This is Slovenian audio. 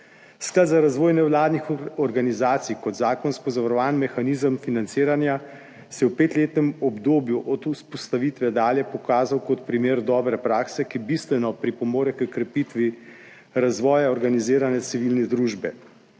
Sklad za razvoj nevladnih organizacij kot zakonsko zavarovan mehanizem financiranja se je v petletnem obdobju od vzpostavitve dalje pokazal kot primer dobre prakse, ki bistveno pripomore h krepitvi razvoja organizirane civilne družbe.